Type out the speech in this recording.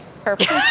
Perfect